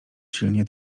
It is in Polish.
silnie